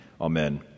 Amen